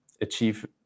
achieve